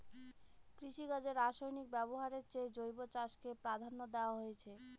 কৃষিকাজে রাসায়নিক ব্যবহারের চেয়ে জৈব চাষকে প্রাধান্য দেওয়া হয়